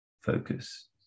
Focus